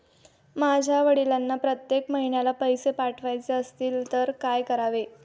माझ्या वडिलांना प्रत्येक महिन्याला पैसे पाठवायचे असतील तर काय करावे?